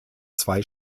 zwei